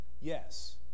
yes